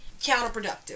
counterproductive